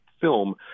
film